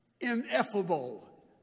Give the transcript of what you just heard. ineffable